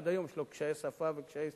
עד היום יש לו קשיי שפה וקשיי הסתגלות.